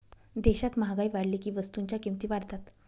देशात महागाई वाढली की वस्तूंच्या किमती वाढतात